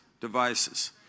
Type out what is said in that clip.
devices